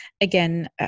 again